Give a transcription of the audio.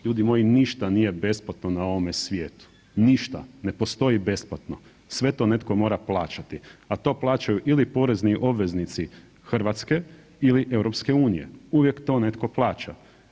Ljudi moji ništa nije besplatno na ovome svijetu, ništa, ne postoji besplatno, sve to netko mora plaćati, a to plaćaju ili porezni obveznici RH ili EU, uvijek to netko plaća.